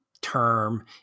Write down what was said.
term